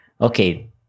Okay